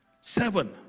Seven